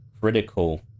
critical